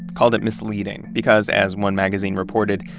called it misleading because, as one magazine reported,